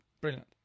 brilliant